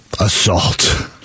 Assault